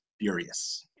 furious